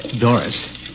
Doris